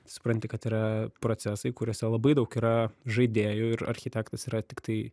supranti kad yra procesai kuriuose labai daug yra žaidėjų ir architektas yra tiktai